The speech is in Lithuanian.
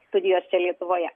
studijos čia lietuvoje